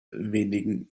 wenigen